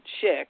chick